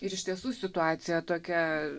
ir iš tiesų situacija tokia